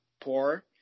poor